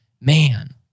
man